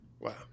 Wow